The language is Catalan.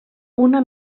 una